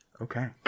Okay